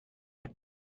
him